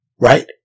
right